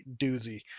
doozy